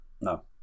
No